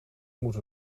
moeten